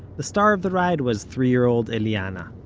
the star of the ride was three-year-old eliana,